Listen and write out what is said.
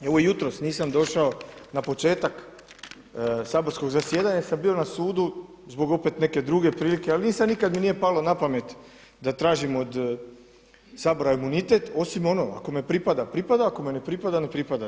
I evo jutros nisam čuo na početak saborskog zasjedanja jer sam bio na sudu zbog opet neke druge prilike ali nisam, nikad mi nije palo na pamet da tražim od Sabora imunitet osim ako me pripada pripada, ako me ne pripada ne pripada.